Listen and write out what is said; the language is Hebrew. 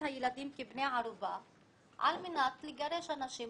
הילדים כבני ערובה על מנת לגרש אנשים,